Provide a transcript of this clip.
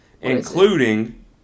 including